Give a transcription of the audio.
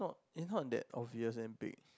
is not that obvious and big